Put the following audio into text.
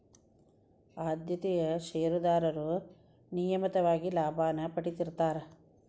ಆದ್ಯತೆಯ ಷೇರದಾರರು ನಿಯಮಿತವಾಗಿ ಲಾಭಾನ ಪಡೇತಿರ್ತ್ತಾರಾ